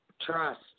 trust